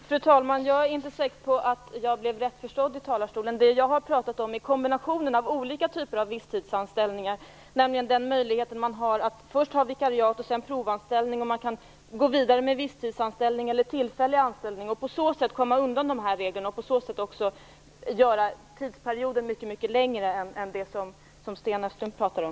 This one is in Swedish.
Fru talman! Jag är inte säker på att jag blev rätt förstådd i talarstolen. Det jag har talat om är kombinationen av olika typer av visstidsanställningar, nämligen den möjligheten man har att först ha vikariat och sedan provanställningar. Man kan gå vidare med visstidsanställning eller tillfällig anställning för att på så sätt komma undan dessa regler och på det viset också göra tidsperioden mycket längre än det som